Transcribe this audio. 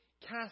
cast